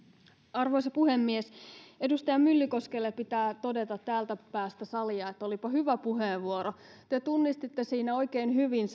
arvoisa puhemies edustaja myllykoskelle pitää todeta täältä päästä salia että olipa hyvä puheenvuoro te tunnistitte siinä oikein hyvin